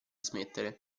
smettere